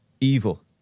evil